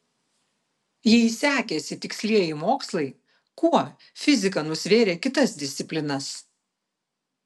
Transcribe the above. jei sekėsi tikslieji mokslai kuo fizika nusvėrė kitas disciplinas